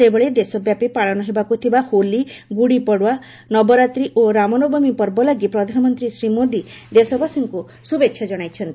ସେହିଭଳି ଦେଶବ୍ୟାପୀ ପାଳନ ହେବାକୁ ଥିବା ହୋଲି ଗୁଡ଼ି ପଡୱା ନବରାତ୍ରୀ ଓ ରାମନବମୀ ପର୍ବ ଲାଗି ପ୍ରଧାନମନ୍ତ୍ରୀ ଶ୍ରୀ ମୋଦି ଦେଶବାସୀଙ୍କ ଶ୍ରୁଭେଚ୍ଛା ଜଣାଇଚ୍ଚନ୍ତି